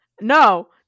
no